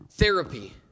Therapy